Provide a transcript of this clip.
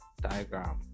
diagram